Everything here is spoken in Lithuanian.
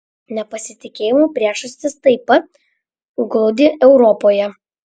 nepasitikėjimo priežastys taip pat glūdi europoje